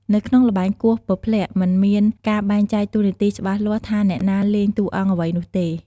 នៅក្នុងល្បែងគោះពព្លាក់ មិនមានការបែងចែកតួនាទីច្បាស់លាស់ថាអ្នកណាលេងតួអង្គអ្វីនោះទេ។